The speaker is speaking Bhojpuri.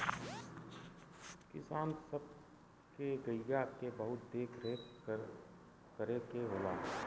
किसान सब के गइया के बहुत देख रेख करे के होला